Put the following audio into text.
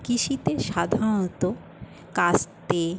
কৃষিতে সাধারণত কাস্তে